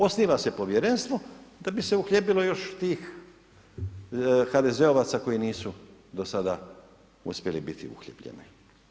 Osniva se povjerenstvo da bi se uhljebilo još tih HDZ-ovaca koji nisu do sada uspjeli biti uhljebljeni.